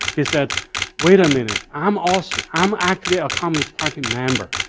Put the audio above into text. he said wait a minute i'm ah so um actually a communist party member.